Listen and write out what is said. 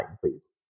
please